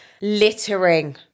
littering